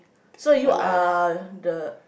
so you are the